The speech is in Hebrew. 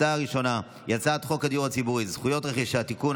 הצעה ראשונה היא הצעת חוק הדיור הציבורי (זכויות רכישה) (תיקון,